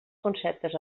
conceptes